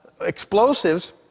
explosives